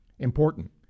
important